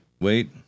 wait